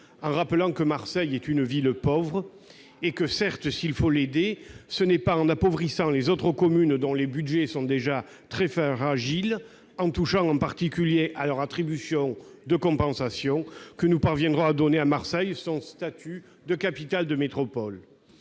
en rappelant que Marseille est une ville pauvre. Certes, il faut l'aider, mais ce n'est pas en appauvrissant les autres communes, dont les budgets sont déjà très fragiles, en touchant en particulier à leur attribution de compensation, que nous parviendrons à donner à Marseille son statut de capitale de métropole.